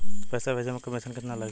पैसा भेजे में कमिशन केतना लागि?